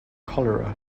cholera